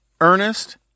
Ernest